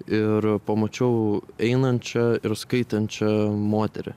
ir pamačiau einančią ir skaitančią moterį